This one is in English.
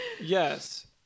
yes